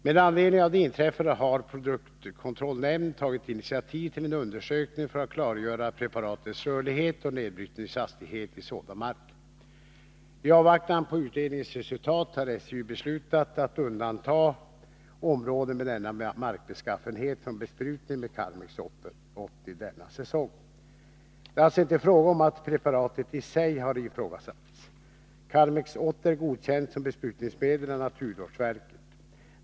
Med anledning av det inträffade har produktkontrollnämnden tagit initiativ till en undersökning för att klargöra preparatets rörlighet och nedbrytningshastighet i sådan mark. I avvaktan på utredningens resultat har SJ beslutat att undanta områden med denna markbeskaffenhet från besprutning med Karmex 80 denna säsong. Det är alltså inte fråga om att preparatet i sig har ifrågasatts. Karmex 80 är godkänt som besprutningsmedel av naturvårdsverket.